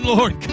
Lord